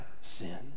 sin